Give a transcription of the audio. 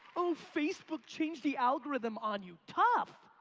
oh, facebook changed the algorithm on you. tough.